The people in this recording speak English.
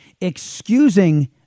excusing